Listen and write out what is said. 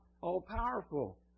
all-powerful